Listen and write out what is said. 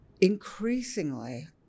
increasingly